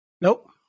Nope